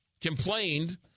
complained